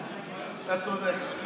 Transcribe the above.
אתה צודק.